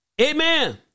Amen